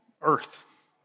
earth